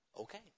Okay